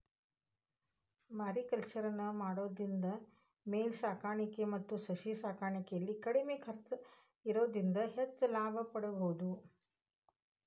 mariculture ನ ಮಾಡೋದ್ರಿಂದ ಮೇನ ಸಾಕಾಣಿಕೆ ಮತ್ತ ಸಸಿ ಸಾಕಾಣಿಕೆಯಲ್ಲಿ ಕಡಿಮೆ ಖರ್ಚ್ ಇರೋದ್ರಿಂದ ಹೆಚ್ಚ್ ಲಾಭ ಪಡೇಬೋದು